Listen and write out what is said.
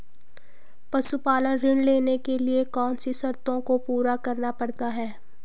पशुपालन ऋण लेने के लिए कौन सी शर्तों को पूरा करना पड़ता है?